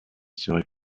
serait